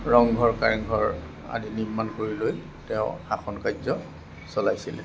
ৰংঘৰ কাৰেংঘৰ আদি নিৰ্মাণ কৰি লৈ তেওঁ শাসনকাৰ্য চলাইছিলে